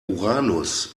uranus